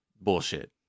bullshit